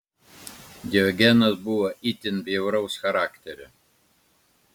diogenas buvo itin bjauraus charakterio